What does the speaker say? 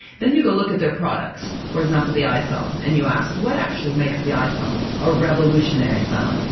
then you go look at their products, for example the iphone, and you ask what actually makes the iphone a revolutionary phone,